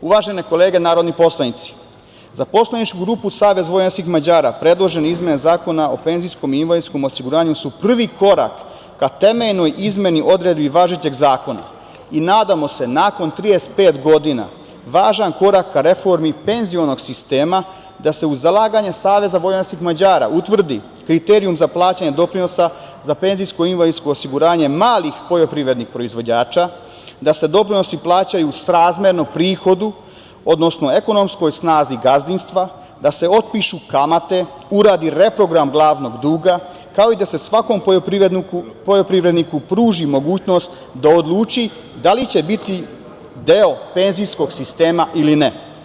Uvažene kolege narodni poslanici, za poslaničku grupu SVM, predložene izmene Zakona o PIO, prvi su korak ka temeljnoj izmeni odredbi važećeg zakona i nadamo se nakon 35 godina, važan korak ka reformi penzionog sistema, da se uz zalaganje SVM, utvrdi kriterijum za plaćanje doprinosa, za penzijsko i invalidsko osiguranje, malih poljoprivrednih proizvođača, da se doprinosi plaćaju srazmerno prihodu, odnosno ekonomskoj snazi gazdinstva, da se otpišu kamate, uradi reprogram glavnog duga, kao da se i svakom poljoprivredniku pruži mogućnost da odluči da li će biti deo penzijskog sistema ili ne.